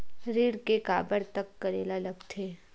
ऋण के काबर तक करेला लगथे?